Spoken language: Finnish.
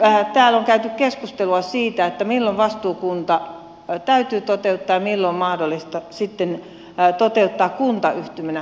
täällä on käyty keskustelua siitä milloin vastuukunta täytyy toteuttaa ja milloin on mahdollista sitten toteuttaa tämä kuntayhtymänä